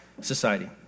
society